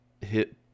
hit